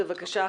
בבקשה,